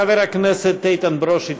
חבר הכנסת איתן ברושי,